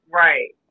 right